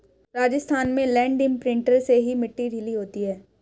राजस्थान में land imprinter से ही मिट्टी ढीली होती है